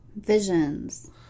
Visions